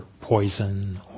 poison